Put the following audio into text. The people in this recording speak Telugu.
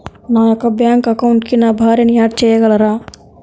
నా యొక్క బ్యాంక్ అకౌంట్కి నా భార్యని యాడ్ చేయగలరా?